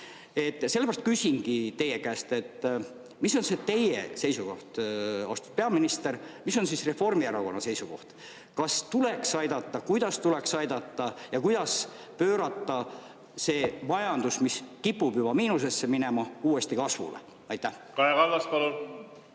Sellepärast küsingi teie käest: mis on teie seisukoht, austatud peaminister, mis on Reformierakonna seisukoht? Kas tuleks aidata, kuidas tuleks aidata ja kuidas pöörata majandus, mis kipub juba miinusesse minema, uuesti kasvule? Kaja